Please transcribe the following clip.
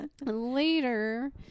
Later